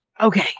Okay